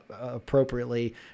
appropriately